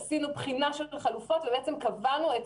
עשינו בחינה של החלופות ובעצם קבענו את